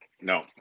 no